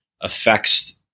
affects